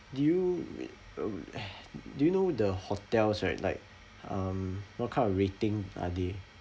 do you with um do you know the hotels right like um what kind of rating are they